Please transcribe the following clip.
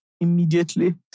immediately